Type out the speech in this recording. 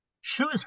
shoes